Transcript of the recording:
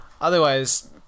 otherwise